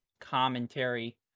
Commentary